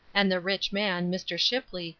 and the rich man, mr. shipley,